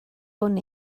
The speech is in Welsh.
hwn